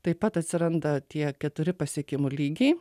taip pat atsiranda tie keturi pasiekimų lygiai